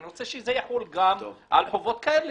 אני רוצה שזה יחול גם על חובות כאלה,